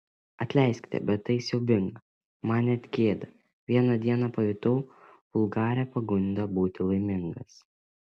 atleiskite bet tai siaubinga man net gėda vieną dieną pajutau vulgarią pagundą būti laimingas